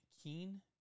Keen